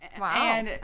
Wow